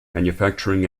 manufacturing